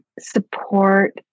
support